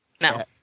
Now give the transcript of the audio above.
No